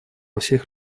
всех